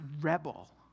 rebel